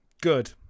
Good